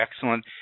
Excellent